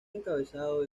encabezado